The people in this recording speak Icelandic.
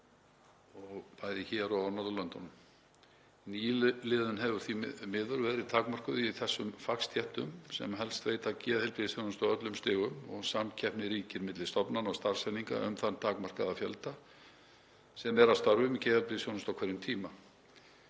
bæði hér og á öðrum Norðurlöndum. Nýliðun hefur því miður verið takmörkuð í þeim fagstéttum sem helst veita geðheilbrigðisþjónustu á öllum stigum og samkeppni ríkir milli stofnana og starfseininga um þann takmarkaða fjölda sem er að störfum í geðheilbrigðisþjónustu á hverjum tíma.